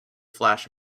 flash